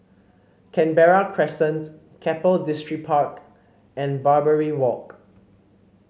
Canberra Crescent Keppel Distripark and Barbary Walk